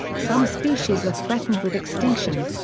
some species are threatened with extinction.